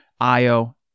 Io